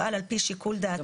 תפעל על פי שיקול דעתה.